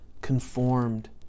conformed